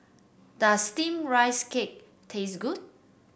does steamed Rice Cake taste good